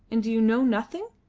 and do you know nothing?